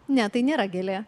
ne tai nėra gėlė